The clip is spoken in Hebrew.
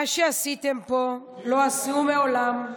את יכולה לחזור על זה בשביל --- מה שעשיתם פה לא עשו מעולם.